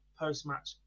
post-match